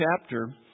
chapter